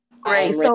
Great